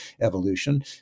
evolution